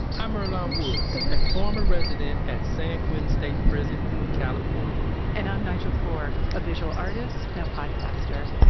i'm earlonne woods, a former resident at san quentin state prison in california and i'm nigel poor, a visual artist, now podcaster.